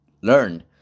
learn